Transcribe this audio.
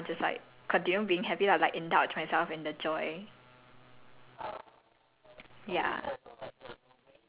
then I go to my room right then I'll be very happy then I'll write down what happen and then I'll just like continue being happy lah like indulge myself in the joy